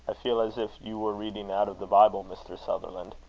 i feel as if you were reading out of the bible, mr. sutherland.